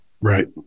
Right